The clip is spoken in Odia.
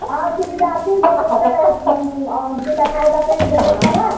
ହଁ ସୁବିଧା ଅଛି ଗୋଟେ ଗୋଟେ ପିଲା ଖାଇବା ପାଇଁ ଦେଢ଼ଶହ ଟଙ୍କା